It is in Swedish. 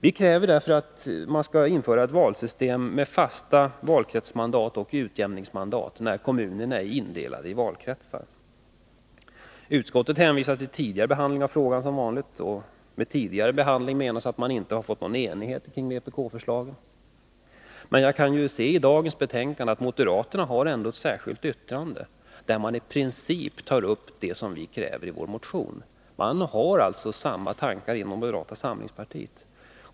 Vi kräver därför att man skall införa ett valsystem med fasta valkretsmandat och utjämningsmandat vid val i kommuner som är indelade i valkretsar. Utskottet hänvisar, som vanligt, till tidigare behandling av frågan. Med tidigare behandling menas att man inte har kunnat få till stånd någon enighet kring vpk-förslagen. Men jag kan se att moderaterna till det i dag aktuella betänkandet har fogat ett särskilt yttrande, där de i princip tar upp det som vi kräver i vår motion. Samma tankar finns alltså inom moderata samlingspartiet.